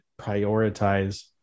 prioritize